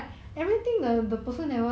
mm